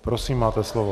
Prosím, máte slovo.